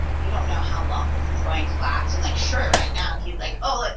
we don't know how long this is going to last. and, like, sure, right now he's like, oh, like,